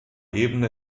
ebene